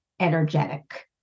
energetic